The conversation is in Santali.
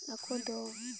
ᱟᱠᱚ ᱫᱚ